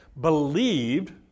believed